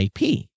IP